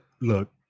look